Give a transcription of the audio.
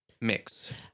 mix